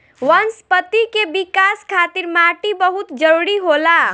वनस्पति के विकाश खातिर माटी बहुत जरुरी होला